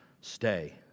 stay